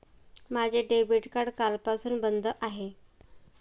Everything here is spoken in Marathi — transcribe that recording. माझे डेबिट कार्ड कालपासून बंद आहे